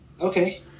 Okay